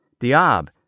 Diab